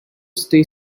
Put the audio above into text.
stay